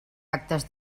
actes